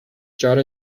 john